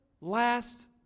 last